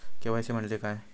KYC म्हणजे काय?